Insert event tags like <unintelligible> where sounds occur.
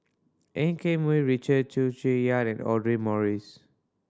En Keng Mun Richard Chew <unintelligible> and Audra Morrice